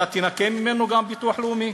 אתה תנכה ממנו ביטוח לאומי?